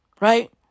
Right